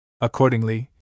Accordingly